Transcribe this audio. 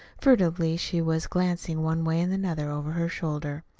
furtively she was glancing one way and another over her shoulder.